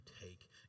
take